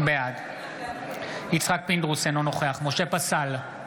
בעד יצחק פינדרוס, אינו נוכח משה פסל,